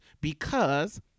because-